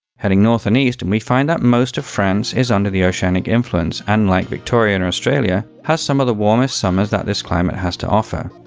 heading north and east, and we find that most of france is under the oceanic influence, and like victoria in australia, has some of the warmest summers that this climate has to offer.